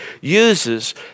uses